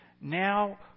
now